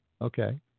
Okay